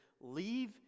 leave